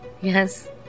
Yes